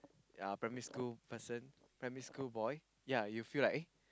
ya primary school person primary school boy you'll feel like eh